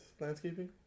landscaping